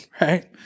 right